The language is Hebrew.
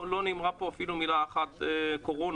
לא נאמרה פה אפילו מילה אחת על קורונה.